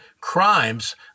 crimes